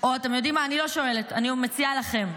או אתם יודעים מה, אני לא שואלת, אני מציעה לכם: